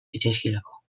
zitzaizkiolako